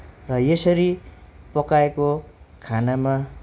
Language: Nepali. र यसरी पकाएको खानामा